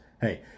hey